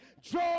joy